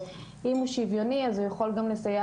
ואם הוא שוויוני אז הוא יכול גם לסייע